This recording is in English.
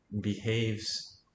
behaves